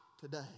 today